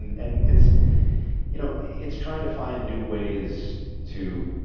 and it's you know it's trying to find new ways to,